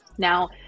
Now